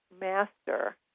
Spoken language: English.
master